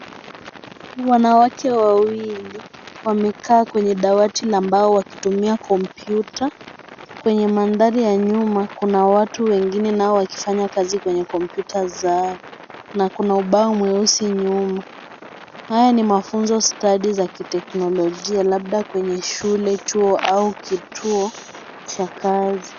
Wanawake wawili wamekaa kwenye dawati la mbao wakitumia kompyuta. Kwenye maandhari ya nyuma, kuna watu wengine nao wakifanya kazi kwenye kompyuta zao. Na kuna ubao mweusi nyuma. Haya ni mafunzo stadi za kiteknolojia labda kwenye shule , chuo au kituo cha kazi.